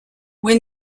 when